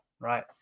right